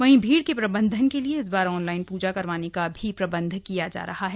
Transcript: वहीं भीड़ के प्रबंधन के लिए इसबार ऑनलाइन पूजा करवाने का भी प्रबंध किया जा रहा है